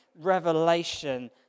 revelation